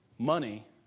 Money